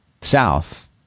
south